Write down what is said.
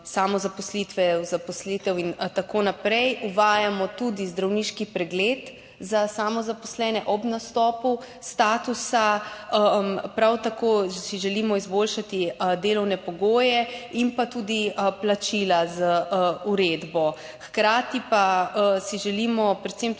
samozaposlitve v zaposlitev in tako naprej, uvajamo tudi zdravniški pregled za samozaposlene ob nastopu statusa. Prav tako si želimo izboljšati delovne pogoje in plačila z uredbo. Hkrati pa si želimo predvsem tudi